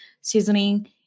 seasoning